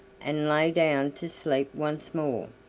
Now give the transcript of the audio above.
and lay down to sleep once more.